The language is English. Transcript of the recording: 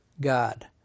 God